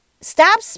Stop